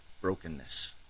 brokenness